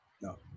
No